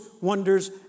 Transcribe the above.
wonders